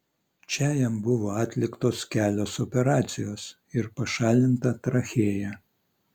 čia jam buvo atliktos kelios operacijos ir pašalinta trachėja